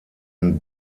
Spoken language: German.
and